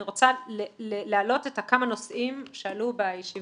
אני רוצה להעלות מספר נושאים שעלו בישיבה.